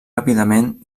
ràpidament